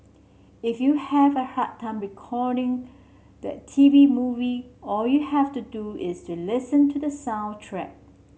if you have a hard time recalling the T V movie all you have to do is to listen to the soundtrack